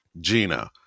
Gina